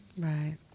right